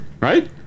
Right